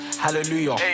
Hallelujah